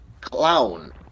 clown